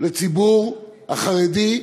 לציבור החרדי.